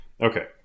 Okay